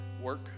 Work